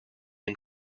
and